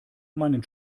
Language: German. meinen